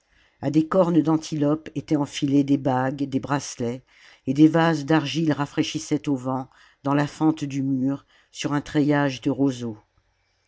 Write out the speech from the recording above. a des cornes d'antilope étaient enfilés des bagues des bracelets et des vases d'argile rafraîchissaient au vent dans la fente du mur sur un treillage de roseaux